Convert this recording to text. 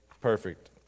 perfect